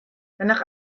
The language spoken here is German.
nach